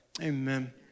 amen